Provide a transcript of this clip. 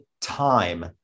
time